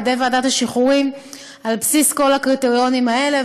ידי ועדות השחרורים על בסיס כל הקריטריונים האלה,